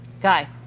Guy